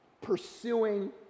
pursuing